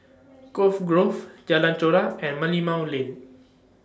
Cove Grove Jalan Chorak and Merlimau Lane